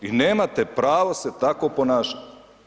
Vi nemate pravo se tako ponašati.